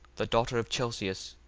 the daughter of chelcias,